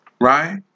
right